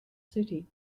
city